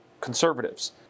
conservatives